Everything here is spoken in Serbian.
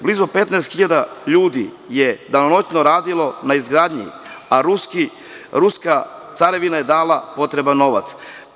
Blizu 15 hiljada ljudi je danonoćno radilo na izgradnji, a ruska carevina je dala potreban novac.